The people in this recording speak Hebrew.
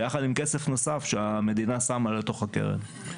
ביחד עם כסף נוסף שהמדינה שמה לתוך הקרן.